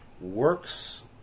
works